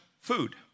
food